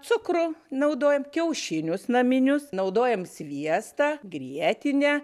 cukrų naudojam kiaušinius naminius naudojam sviestą grietinę